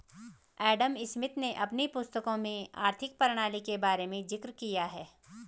Adam Smith ने अपनी पुस्तकों में आर्थिक प्रणाली के बारे में जिक्र किया है